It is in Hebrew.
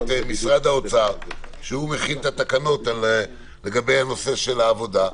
את משרד האוצר שמכין את התקנות לגבי נושא העבודה.